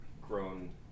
grown